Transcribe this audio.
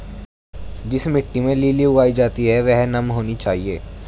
जिस मिट्टी में लिली उगाई जाती है वह नम होनी चाहिए